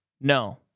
no